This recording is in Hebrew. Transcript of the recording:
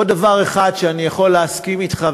עוד דבר אחד שאני יכול להסכים אתך,